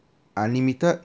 unlimited